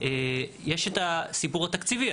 יש את הסיפור התקציבי,